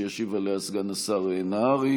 וישיב עליה סגן השר נהרי.